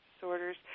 disorders